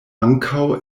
ankaŭ